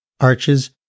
arches